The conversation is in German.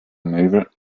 möbel